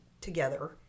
together